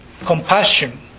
compassion